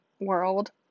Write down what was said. world